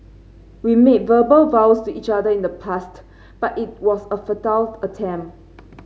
we made verbal vows to each other in the past but it was a futile attempt